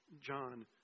John